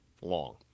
long